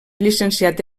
llicenciat